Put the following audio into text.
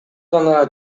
гана